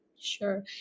Sure